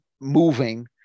moving